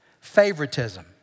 Favoritism